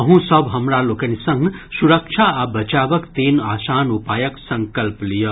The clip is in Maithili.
अहूँ सभ हमरा लोकनि संग सुरक्षा आ बचावक तीन आसान उपायक संकल्प लियऽ